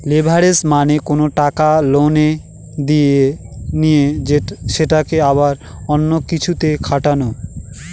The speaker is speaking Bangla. লেভারেজ মানে কোনো টাকা লোনে নিয়ে সেটাকে আবার অন্য কিছুতে খাটানো